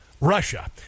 Russia